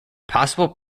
possible